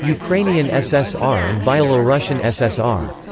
ukrainian ssr and byelorussian ssr.